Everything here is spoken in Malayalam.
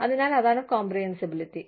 അതിനാൽ അതാണ് കോംപ്രിഹെൻസിബിലിറ്റി